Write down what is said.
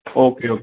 okay okay